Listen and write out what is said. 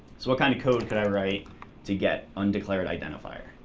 so what kind of code could i write to get undeclared identifier?